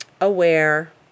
aware